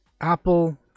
apple